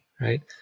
right